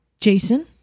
Jason